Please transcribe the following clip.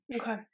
Okay